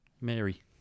Mary